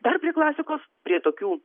dar prie klasikos prie tokių